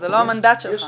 זה לא המנדט שלך,